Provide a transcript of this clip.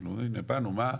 כאילו באנו מה?